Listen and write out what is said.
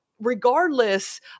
regardless